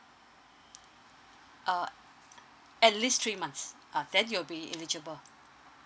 uh at least three months uh then you'll be eligible